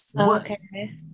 Okay